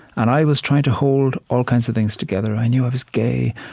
and i was trying to hold all kinds of things together. i knew i was gay,